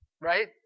Right